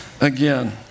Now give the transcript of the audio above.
again